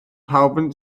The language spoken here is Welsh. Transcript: pawb